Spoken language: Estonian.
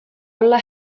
olla